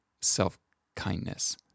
self-kindness